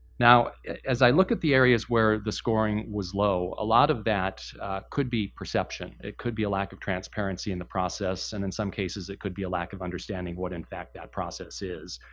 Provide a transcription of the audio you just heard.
as i look at the areas where the scoring was low, a lot of that could be perception it could be a lack of transparency in the process. and in some cases, it could be a lack of understanding what, in fact, that process is.